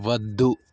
వద్దు